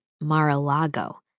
Mar-a-Lago